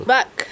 Back